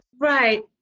Right